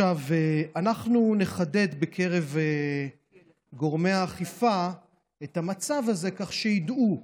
אנחנו נחדד בקרב גורמי האכיפה את המצב הזה כך שידעו.